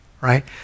right